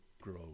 grow